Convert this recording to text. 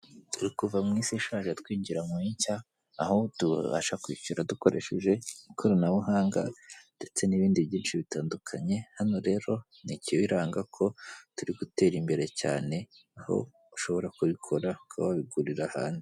Turi kuva mu isi ishaje, twinjira mu inshya, aho tubasha kwishyura dukoresheje ikoranabuhanga, ndetse n'ibindi byinshi bitandukanye, hano rero ni ikibiranga ko turi gutera imbere cyane, aho ushobora kubikora ukaba wabigurira ahandi.